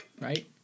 right